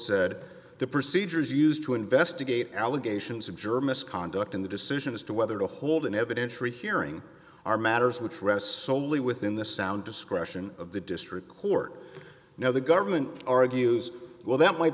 said the procedures used to investigate allegations of german conduct in the decision as to whether to hold an evidentiary hearing are matters which rests solely within the sound discretion of the district court now the government argues well that might